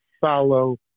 follow